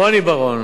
רוני בר-און,